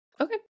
okay